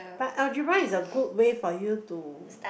but algebra is good way for you to